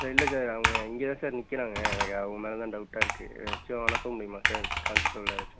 sir இல்லை sir அவங்க இங்கேயே தான் சார் நிற்கிறாங்க எனக்கு அவங்க மேலே தான் டவுட்டாக இருக்கு எதாச்சும் அனுப்ப முடியுமா சார் கான்ஸ்டபிள் யாராச்சும்